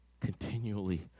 Continually